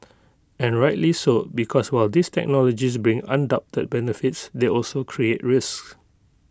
and rightly so because while these technologies bring undoubted benefits they also create risks